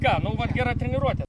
ką nu vat gera treniruotė